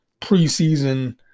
preseason